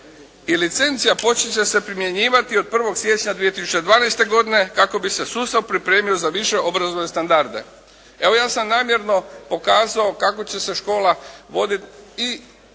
i licencija počet će se primjenjivati od 1. siječnja 2012. godine kako bi se sustav pripremio za više obrazovne standarde. Evo, ja sam namjerno pokazao kako će se škola voditi i